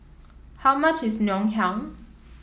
how much is Ngoh Hiang